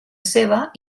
seva